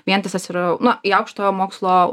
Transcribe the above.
vientisas ir na į aukštojo mokslo